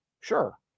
sure